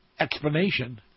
Explanation